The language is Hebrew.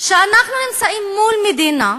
שאנחנו נמצאים מול מדינה,